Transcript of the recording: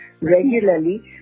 regularly